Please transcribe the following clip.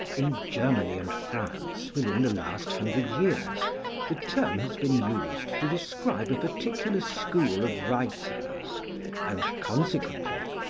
in germany and france, within the last hundred years the term has been used to describe a particular school of writers and, consequently,